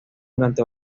durante